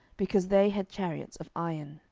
because they had chariots of iron.